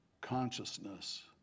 consciousness